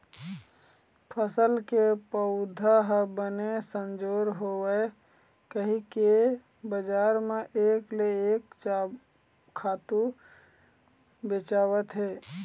फसल के पउधा ह बने संजोर होवय कहिके बजार म एक ले एक खातू बेचावत हे